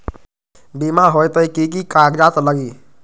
बिमा होई त कि की कागज़ात लगी?